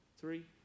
Three